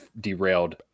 derailed